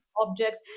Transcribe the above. objects